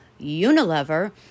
Unilever